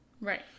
Right